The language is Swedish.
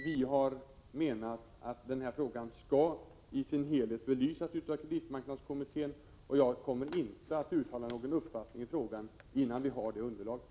Vi har menat att denna fråga skall belysas i sin helhet av kreditmarknadskommittén. Jag kommer inte att uttala någon uppfattning i frågan innan vi har det underlaget.